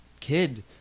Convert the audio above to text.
kid